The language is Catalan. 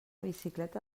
bicicleta